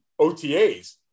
OTAs